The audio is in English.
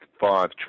five